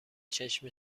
چشم